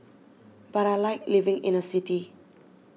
but I like living in a city